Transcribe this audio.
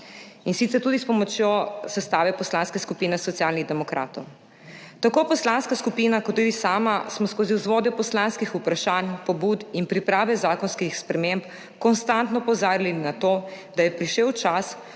in sicer tudi s pomočjo sestave Poslanske skupine Socialnih demokratov. Tako poslanska skupina kot tudi sama smo skozi vzvode poslanskih vprašanj, pobud in priprave zakonskih sprememb konstantno opozarjali na to, da je prišel čas,